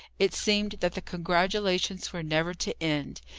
it seemed that the congratulations were never to end.